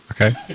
okay